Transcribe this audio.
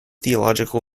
theological